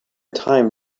time